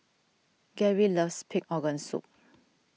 Gary loves Pig Organ Soup